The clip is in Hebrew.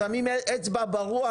שמים אצבע ברוח,